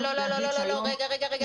לא, לא, רגע.